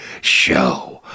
show